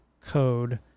code